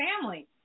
family